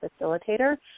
facilitator